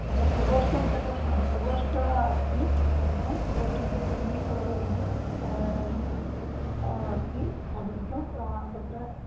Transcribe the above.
तत्र प्रकोष्ठं सर्वं हा प्रकोष्ठः अस्ति तदर्थं प्रकोष्ठमपि ट्वेण्टि फ़ोर् अवर् अस्ति तदर्थं तत्र